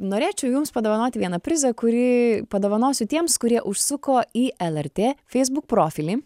norėčiau jums padovanoti vieną prizą kurį padovanosiu tiems kurie užsuko į lrt facebook profilį